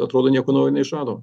atrodo nieko naujo neišrado